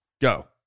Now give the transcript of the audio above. go